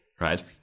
right